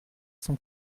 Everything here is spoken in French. son